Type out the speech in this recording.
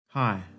Hi